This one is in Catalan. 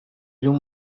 llum